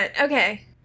Okay